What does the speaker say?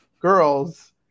girls